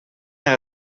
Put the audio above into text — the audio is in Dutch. maar